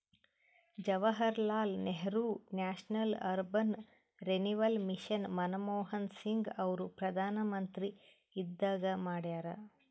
Jawaharlal Nehru national urban renewal mission Manmohan Singh ಅವರು ಪ್ರಧಾನ್ಮಂತ್ರಿ ಇದ್ದಾಗ ಮಾಡ್ಯಾರ್